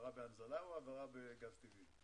העברה בהנזלה או העברה בגז טבעי?